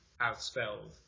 outspelled